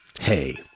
Hey